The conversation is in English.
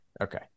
okay